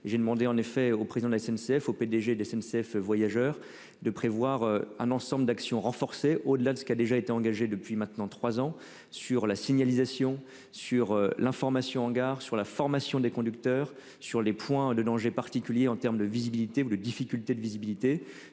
j'ai demandé en effet au président de la SNCF au PDG de SNCF voyageurs de prévoir un ensemble d'actions renforcée au-delà de ce qui a déjà été engagé depuis maintenant 3 ans sur la signalisation sur l'information en gare sur la formation des conducteurs sur les points de danger particulier en terme de visibilité ou les difficultés de visibilité.